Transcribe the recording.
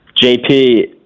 JP